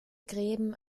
gräben